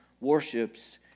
worships